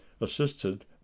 assisted